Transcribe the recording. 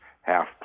half